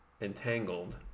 entangled